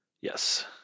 Yes